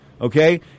okay